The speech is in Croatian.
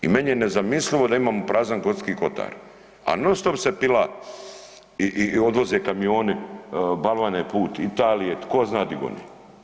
I meni je nezamislivo da imamo prazan Gorski kotar, a non stop se pila i odvoze kamioni balvane put Italije, tko zna di gone.